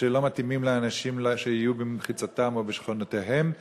שלא מתאימים לאנשים שיהיו במחיצתם או בשכונותיהם.